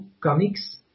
comics